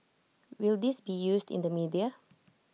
will this be used in the media